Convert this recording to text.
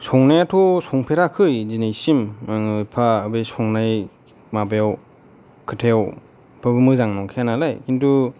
संनायाथ' संफेराखै दिनैसिम आङो फा बे संनाय माबायाव खोथायाव एफाबो मोजां मोनखाया नालाय खिनथु